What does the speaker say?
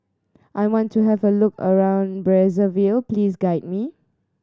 I want to have a look around Brazzaville please guide me